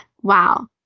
Wow